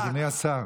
אדוני השר,